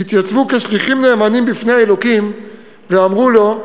התייצבו כשליחים נאמנים בפני האלוקים ואמרו לו: